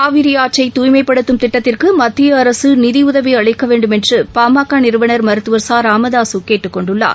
காவிரிஆற்றை தூய்மைப்படுத்தும் திட்டத்திற்குமத்தியஅரசுநிதிஉதவிஅளிக்கவேண்டுமென்றுபாமகநிறுவனா மருத்துவர் ச ராமதாசுகேட்டுக் கொண்டுள்ளார்